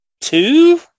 two